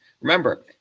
Remember